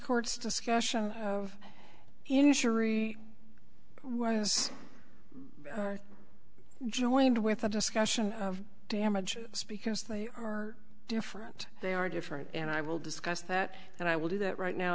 court's discussion of injury was joined with a discussion of damages because they are different they are different and i will discuss that and i will do that right now